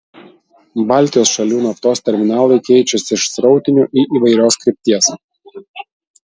baltijos šalių naftos terminalai keičiasi iš srautinių į įvairios krypties